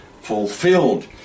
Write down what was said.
fulfilled